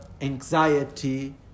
anxiety